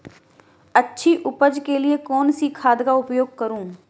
अच्छी उपज के लिए कौनसी खाद का उपयोग करूं?